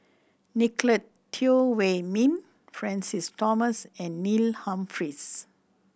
Nicolette Teo Wei Min Francis Thomas and Neil Humphreys